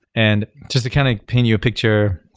and just to kind of paint you a picture.